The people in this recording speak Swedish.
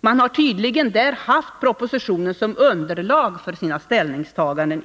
Man har — om detta är riktigt, och det vill jag gärna ha svar på — tydligen haft propositionen som Nr 66 underlag för sina ställningstaganden.